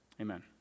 Amen